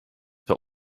but